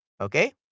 Okay